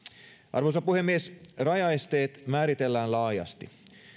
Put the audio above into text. arvoisa puhemies rajaesteet määritellään laajasti